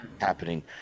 happening